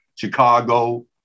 Chicago